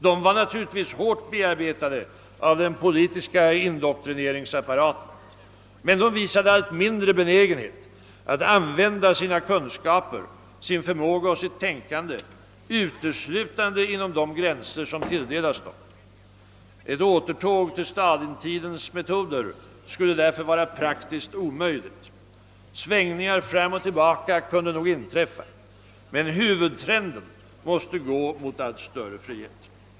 De var naturligtvis hårt bearbetade av den politiska indoktrineringsapparaten, men de visade allt mindre benägenhet att använda sina kunskaper, sin förmåga och sitt tänkande uteslutande inom de gränser som tilldelats dem. Ett återtåg till Stalintidens metoder skulle därför vara praktiskt omöjligt. Svängningar fram och tillbaka kunde nog inträffa, men huvudtrenden måste gå mot allt större frihet.